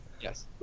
Yes